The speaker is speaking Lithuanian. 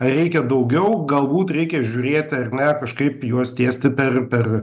reikia daugiau galbūt reikia žiūrėti ar ne kažkaip juos tiesti per per